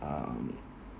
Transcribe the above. um